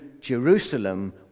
Jerusalem